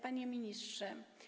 Panie Ministrze!